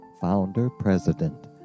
founder-president